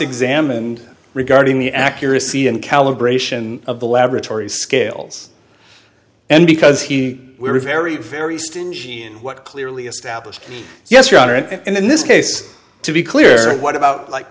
examined regarding the accuracy and calibration of the laboratory scales and because he will be very very stingy in what clearly established yes your honor and in this case to be clear what about like